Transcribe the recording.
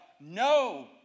no